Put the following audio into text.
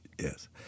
Yes